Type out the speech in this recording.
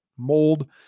mold